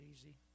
easy